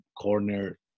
corner